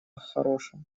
хорошем